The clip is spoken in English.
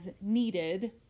needed